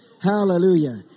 hallelujah